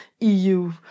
EU